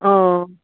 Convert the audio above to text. ꯑꯧ